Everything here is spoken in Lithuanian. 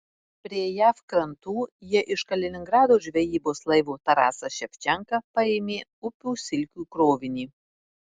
prie jav krantų jie iš kaliningrado žvejybos laivo tarasas ševčenka paėmė upių silkių krovinį